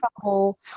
trouble